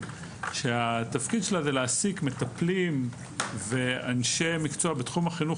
התפקיד שלה להעסיק מטפלים ואנשי מקצוע בתחום החינוך